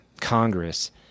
Congress